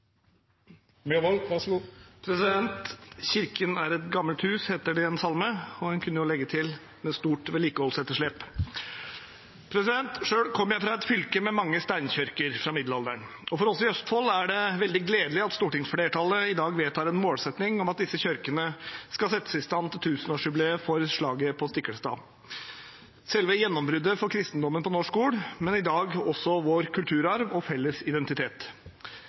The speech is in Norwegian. er et gammelt hus», heter det i en salme, og en kunne jo legge til: med stort vedlikeholdsetterslep. Selv kommer jeg fra et fylke med mange steinkirker fra middelalderen. For oss i Østfold er det veldig gledelig at stortingsflertallet i dag vedtar en målsetting om at disse kirkene skal settes i stand til 1 000-årsjubileet for slaget på Stiklestad, selve gjennombruddet for kristendommen på norsk jord, men i dag også vår kulturarv og felles identitet.